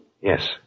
Yes